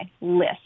list